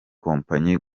kompanyi